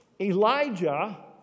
Elijah